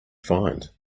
find